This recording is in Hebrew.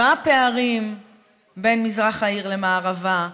מה הפערים בין מזרח העיר למערבה,